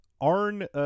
Arn